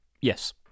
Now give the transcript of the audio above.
Yes